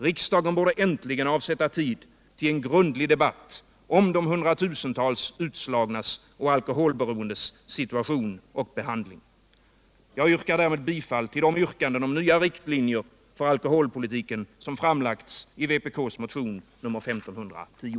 Riksdagen borde äntligen avsätta tid till en grundlig debatt om de hundratusentals utslagnas och alkoholberoendes situation och behandling. Jag yrkar bifall till de yrkanden om nya riktlinjer för alkoholpolitiken som har framlagts i vänsterpartiet kommunisternas motion nr 1510.